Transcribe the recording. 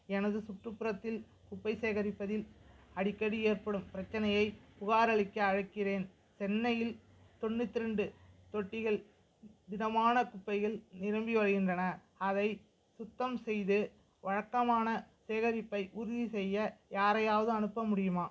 எனது சுற்றுப்புறத்தில் குப்பை சேகரிப்பதில் அடிக்கடி ஏற்படும் பிரச்சனையைப் புகாரளிக்க அழைக்கிறேன் சென்னையில் தொண்ணூற்றி ரெண்டு தொட்டிகள் திடமான குப்பைகள் நிரம்பி வழிகின்றன அதை சுத்தம் செய்து வழக்கமான சேகரிப்பை உறுதிசெய்ய யாரையாவது அனுப்ப முடியுமா